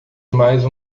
mais